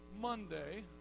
Monday